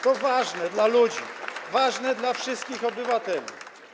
To ważne dla ludzi, ważne dla wszystkich obywateli.